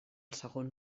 segon